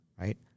right